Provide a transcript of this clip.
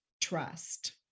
trust